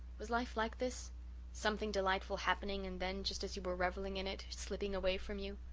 was life like this something delightful happening and then, just as you were revelling in it, slipping away from you?